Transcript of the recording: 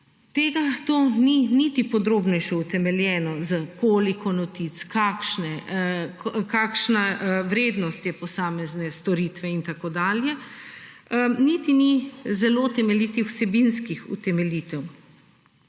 To ni niti podrobnejše utemeljeno s koliko notic, kakšna vrednost te posamezne storitve in tako dalje. Niti ni zelo temeljitih vsebinskih utemeljitev.